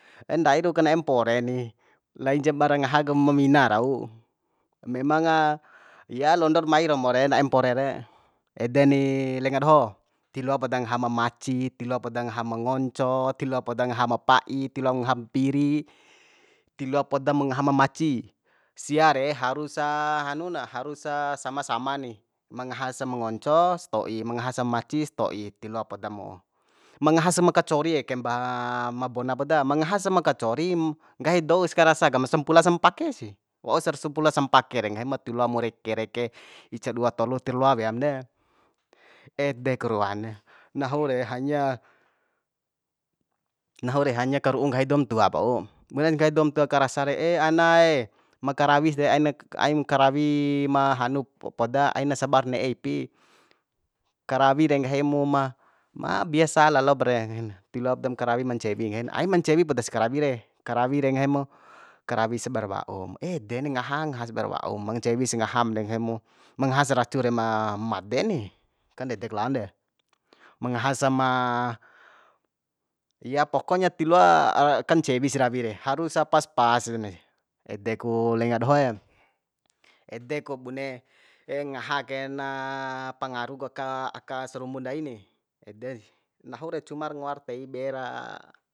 Endai rau ka na'e mpoare ni laijab bara ngaha ku ma mina rau memanga ya londor mai romo re na'em mpore re ede ni lenga doho tiloa poda ngaham ma maci tiloa poda ngaha ma ngonco ti loa poda ngaha ma pa'i ti loang ngaha piri tiloa podam ma maci sia re harusa hanu na harusa sama sama ni ma ngahas ma ngonco sto'i ma ngaha sa maci sto'i tiloa poda mo mangahas ma kacori eke ma bona poda ma ngahas ma kacori nggahi dous ka rasa ka ma sampula sampake sih waursa sampula sampake re nggahim tiloam reke reke ica dua tolu tir loa weam de ede ku ruana nahu re hanya nahu re hanya karu'u nggahi doum tuap wa'u bunes nggahi doum tua ka rasa re ee anae ma karawis de ain karawi ma hanu poda ain sabar ne'e ipi karawi de nggahi mu ma ma biasa lalopare tiloa podam krawi ma cewi nggahin ain ma cewi podas karawi re karawi re nggahimo karawi saber wa'u ede ni ngaha ngaha saber wa'u ma ncewi si ngaham de nggahi mu mangahas racu re ma madek ni kan ndedek laon de ma ngaha sa ma ya pokonya tiloa kancewi sih rawi re harusa pas pas ne ede ku lenga dohoe ede ku bune ngaha ke na pangaru aka aka sarumbu ndai ni ede ni nahu re cumar ngoar tei be ra